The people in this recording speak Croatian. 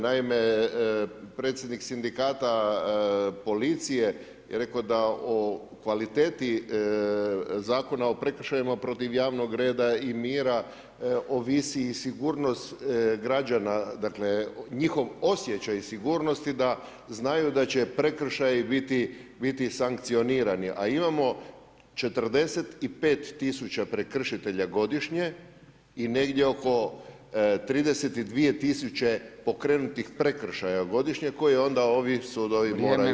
Naime predsjednik sindikata policije je rekao da o kvaliteti Zakona o prekršajima protiv javnog reda i mira, ovisi i sigurnost građana, dakle njihov osjećaj sigurnosti da znaju da će prekršaji biti sankcionirani a imamo 45 000 prekršitelja godišnje i negdje oko 32 000 pokrenutih prekršaja godišnje koji onda ovi sudovi moraju presuditi.